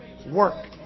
Work